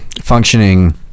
functioning